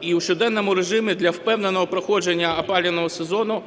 І у щоденному режимі для впевненого проходження опалювального сезону